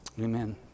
Amen